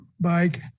bike